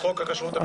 8 נמנעים